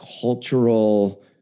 cultural